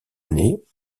année